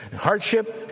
Hardship